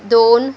दोन